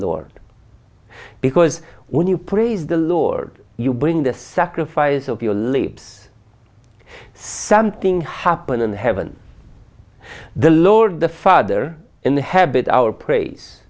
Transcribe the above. lord because when you praise the lord you bring the sacrifice of your lives something happened in heaven the lord the father in the habit our praise